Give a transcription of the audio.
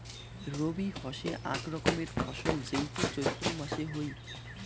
রবি হসে আক রকমের ফসল যেইটো চৈত্র মাসে হই